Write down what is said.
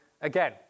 again